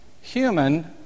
human